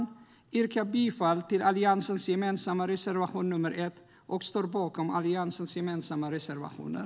Jag yrkar bifall till Alliansens gemensamma reservation nr 1, men jag står bakom alla Alliansens gemensamma reservationer.